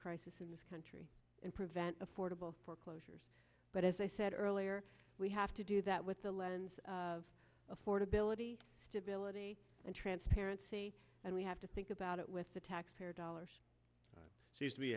crisis in this country and prevent affordable foreclosures but as i said earlier we have to do that with the lens of affordability stability and transparency and we have to think about it with the taxpayer dollars it seems to be